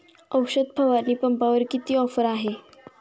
औषध फवारणी पंपावर किती ऑफर आहे?